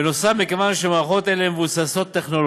בנוסף, מכיוון שמערכות אלה הן מבוססות-טכנולוגיה,